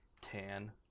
Tan